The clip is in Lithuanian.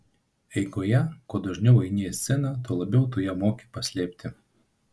eigoje kuo dažniau eini į sceną tuo labiau tu ją moki paslėpti